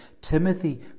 Timothy